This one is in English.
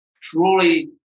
truly